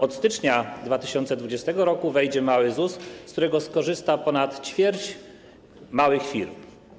Od stycznia 2020 r. wejdzie mały ZUS, z którego skorzysta ponad ćwierć małych firm.